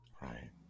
Right